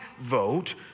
vote